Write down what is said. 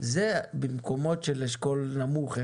זה במקומות של אשכול נמוך,